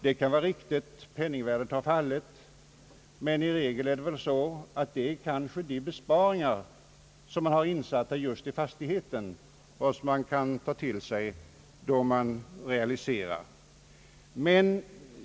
Det kan vara riktigt — penningvärdet har fallit — men i allmänhet är det de besparingar som finns i fastigheten som man får tillbaka vid realisationen.